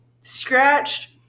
scratched